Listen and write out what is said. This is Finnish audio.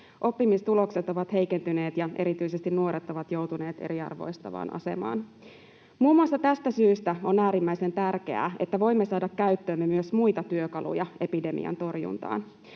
Oppimistulokset ovat heikentyneet, ja erityisesti nuoret ovat joutuneet eriarvoistavaan asemaan. Muun muassa tästä syystä on äärimmäisen tärkeää, että voimme saada käyttöömme myös muita työkaluja epidemian torjuntaan.